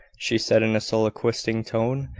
she said in a soliloquising tone.